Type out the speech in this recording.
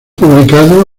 publicado